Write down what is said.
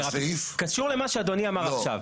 קשור למה שאדוני אמר עכשיו.